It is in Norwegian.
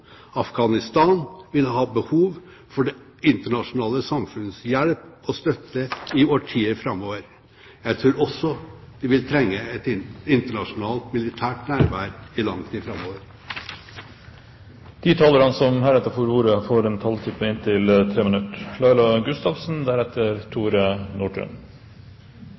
Afghanistan vil ha behov for det internasjonale samfunnets hjelp og støtte i årtier framover. Jeg tror også at de vil trenge et internasjonalt militært nærvær i lang tid framover. De talerne som heretter får ordet, har en taletid på inntil